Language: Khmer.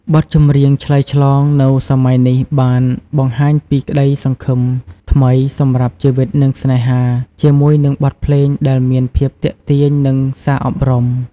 បទចម្រៀងឆ្លើយឆ្លងនៅសម័យនេះបានបង្ហាញពីក្តីសង្ឃឹមថ្មីសម្រាប់ជីវិតនិងស្នេហា ជាមួយនឹងបទភ្លេងដែលមានភាពទាក់ទាញនិងសារអប់រំ។